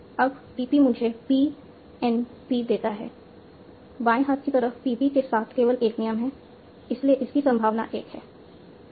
अब PP मुझे P NP देता है बाएं हाथ की तरफ PP के साथ केवल एक नियम है इसलिए इसकी संभावना 1 है